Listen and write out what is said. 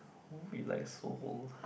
holy like so old